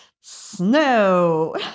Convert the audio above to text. snow